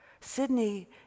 Sydney